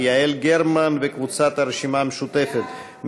יעל גרמן וקבוצת הרשימה המשותפת,